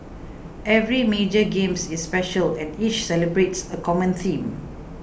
every major games is special and each celebrates a common theme